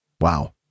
Wow